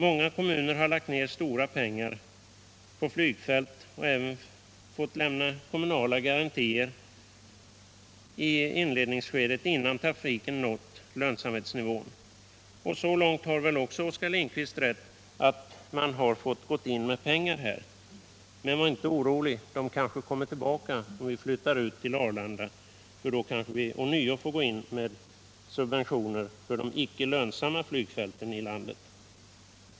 Många kommuner har lagt ned stora pengar på flygfält och även lämnat kommunala garantier i inledningsskedet innan trafiken nått lönsamhetsnivå. Så långt har väl också Oskar Lindkvist rätt, att man har måst gå in med pengar där. Men var inte orolig; de pengarna kommer kanske tillbaka, om vi flyttar ut till Arlanda — för då kanske vi ånyo får gå in med subventioner till de icke lönsamma flygfälten i landet!